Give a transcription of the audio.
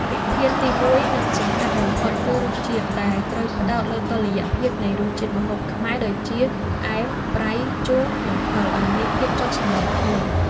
វិធានទីមួយ និងសំខាន់បំផុតគឺ រសជាតិ ដែលត្រូវផ្ដោតលើតុល្យភាពនៃរសជាតិម្ហូបខ្មែរដូចជា ផ្អែម ប្រៃ ជូរ និងហឹរឱ្យមានភាពចុះសម្រុងគ្នា។